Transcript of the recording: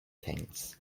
things